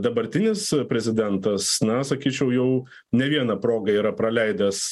dabartinis prezidentas na sakyčiau jau ne viena proga yra praleidęs